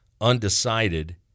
undecided